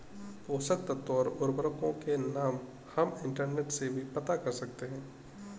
पोषक तत्व और उर्वरकों के नाम हम इंटरनेट से भी पता कर सकते हैं